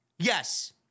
Yes